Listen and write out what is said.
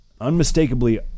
unmistakably